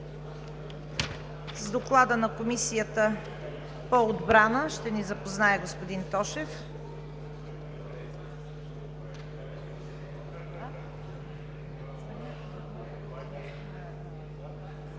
С Доклада на Комисията по отбрана ще ни запознае господин Тошев.